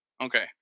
Okay